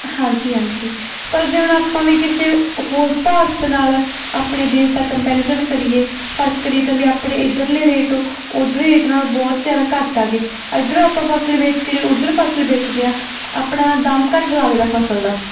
ਹਾਂਜੀ ਹਾਂਜੀ ਪਰ ਜੇ ਹੁਣ ਆਪਾਂ ਵੀ ਕਿਸੇ ਹੋਰ ਭਾਰਤ ਨਾਲ ਆਪਣੇ ਦੇਸ਼ ਦਾ ਕੰਪੈਰੀਜ਼ਨ ਕਰੀਏ ਫਰਕ ਕਰੀਏ ਤਾਂ ਵੀ ਆਪਣੇ ਇੱਧਰਲੇ ਰੇਟ ਉੱਧਰਲੇ ਰੇਟ ਨਾਲੋਂ ਬਹੁਤ ਜ਼ਿਆਦਾ ਘੱਟ ਹੈਗੇ ਇੱਧਰੋਂ ਆਪਾਂ ਫਸਲ ਵੇਚ ਕੇ ਜਦੋਂ ਉੱਧਰ ਫਸਲ ਵੇਚਦੇ ਹਾਂ ਆਪਣਾ ਦਾਮ ਘੱਟ ਲੱਗਦਾ ਫਸਲ ਦਾ